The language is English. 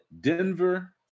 Denver